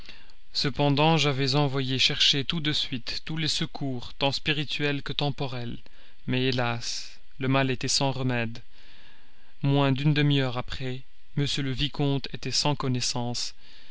cependant j'avais envoyé tout de suite chercher tous les secours tant spirituels que temporels mais hélas le mal était sans remède moins d'une demi-heure après m le vicomte était sans connaissance